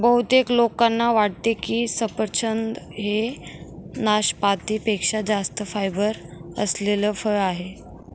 बहुतेक लोकांना वाटते की सफरचंद हे नाशपाती पेक्षा जास्त फायबर असलेले फळ आहे